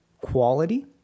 quality